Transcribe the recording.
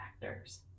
factors